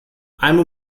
einen